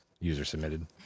user-submitted